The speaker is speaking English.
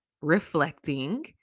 reflecting